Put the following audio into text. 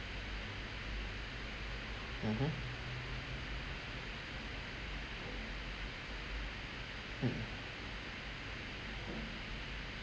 mmhmm hmm